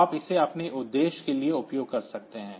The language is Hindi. तो आप इसे अपने उद्देश्य के लिए उपयोग कर सकते हैं